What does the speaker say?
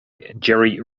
gerry